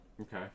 Okay